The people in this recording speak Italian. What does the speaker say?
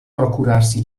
procurarsi